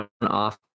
off